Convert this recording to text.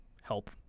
help